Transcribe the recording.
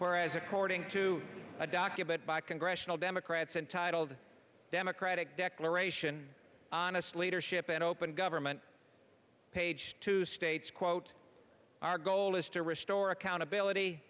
where as according to a document by congressional democrats entitled democratic declaration on a slate or ship and open government page to states quote our goal is to restore accountability